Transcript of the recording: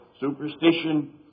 Superstition